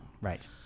Right